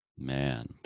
Man